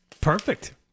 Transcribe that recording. Perfect